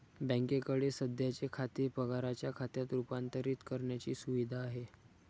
बँकेकडे सध्याचे खाते पगाराच्या खात्यात रूपांतरित करण्याची सुविधा आहे